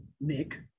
Nick